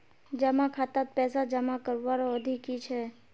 जमा खातात पैसा जमा करवार अवधि की छे?